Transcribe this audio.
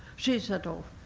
she set off,